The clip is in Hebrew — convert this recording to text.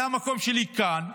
המקום שלי היה כאן.